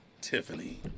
Tiffany